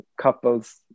couples